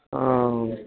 ಹಾಂ